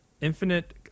infinite